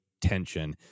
tension